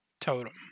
totem